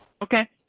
okay.